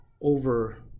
Over